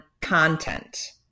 content